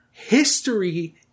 History